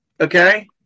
okay